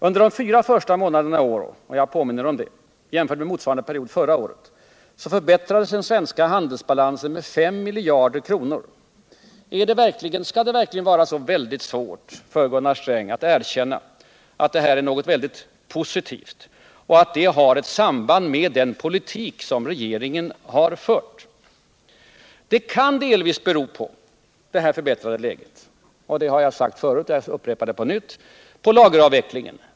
Under de fyra första månaderna i år — jag påminner om det — förbättrades jämfört med motsvarande period förra året den svenska handelsbalansen med 5 miljarder kronor. Är det så svårt för Gunnar Sträng att erkänna att detta är någonting positivt och att det har ett samband med den politik som regeringen har fört? Det förbättrade läget kan delvis bero på lageravvecklingen. Det har jag sagt förut, men jag upprepar det.